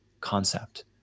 concept